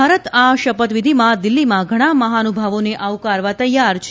ભારત આ શપથવિધીમાં દિલ્હીમાં ઘણા મહાનુભાવોને આવકારવા તૈયાર છે